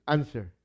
Answer